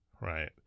right